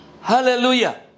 Hallelujah